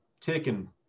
taken